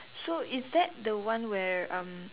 so is that the one where um